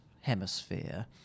hemisphere